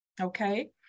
Okay